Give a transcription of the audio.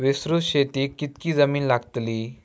विस्तृत शेतीक कितकी जमीन लागतली?